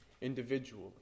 individually